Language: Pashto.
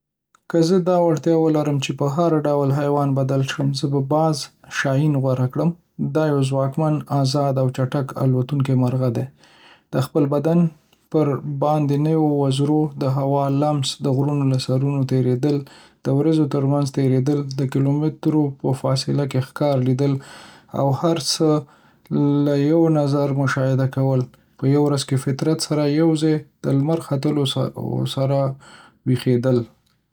که زه دا وړتیا ولرم چې په هر ډول حیوان بدل شم، زه به باز (شاهین) غوره کړم دا یو ځواکمن، ازاد او چټک الوتونکی مرغه دی. د خپل بدن پر باندنیو وزرو د هوا لمس، د غرونو له سرونو تېریدل، د وریځو تر منځ تېرېدل. د کیلومترو په فاصله کې ښکار لیدل، او هر څه له یو لوړ نظره مشاهده کول. یوه ورځ د فطرت سره یو ځای: د لمر ختلو سره ویښېدل،